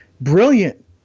Brilliant